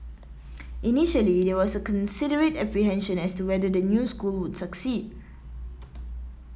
initially there was considerable apprehension as to whether the new school would succeed